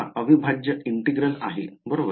हा अविभाज्य आहे बरोबर